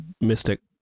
mystic